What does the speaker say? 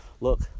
look